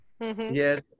Yes